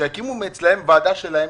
שיקימו אצלם ועדה שלהם,